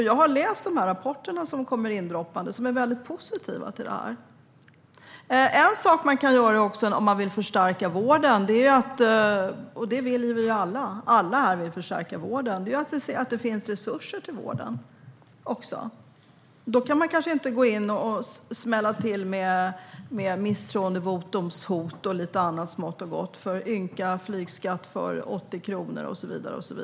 Jag har läst de rapporter som kommer indroppandes. De är positiva till dessa statsbidrag. En sak till som kan göras för att förstärka vården, och det vill vi alla göra, är att se till att det finns resurser till vården. Då kan man inte hota med misstroendevotum och annat smått och gott för en ynka flygskatt på 80 kronor och så vidare.